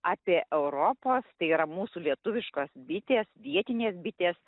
apie europos tai yra mūsų lietuviškos bitės vietinės bitės